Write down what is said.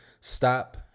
stop